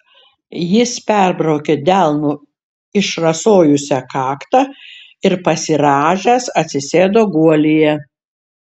jis perbraukė delnu išrasojusią kaktą ir pasirąžęs atsisėdo guolyje